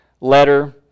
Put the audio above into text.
letter